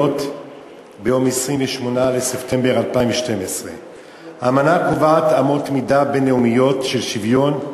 ביום 28 בספטמבר 2012. האמנה קובעת אמות מידה בין-לאומיות של שוויון,